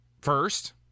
first